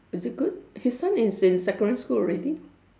is it good his son is in secondary school already